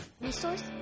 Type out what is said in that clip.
resource